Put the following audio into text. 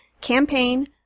Campaign